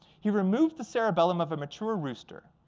he removed the cerebellum of a mature rooster.